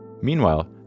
Meanwhile